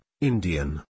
Indian